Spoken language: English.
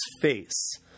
face